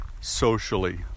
socially